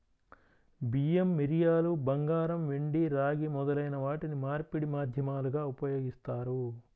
బియ్యం, మిరియాలు, బంగారం, వెండి, రాగి మొదలైన వాటిని మార్పిడి మాధ్యమాలుగా ఉపయోగిస్తారు